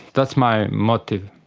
that's my motive.